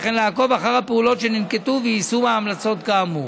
וכן לעקוב אחר הפעולות שננקטו ביישום ההמלצות כאמור.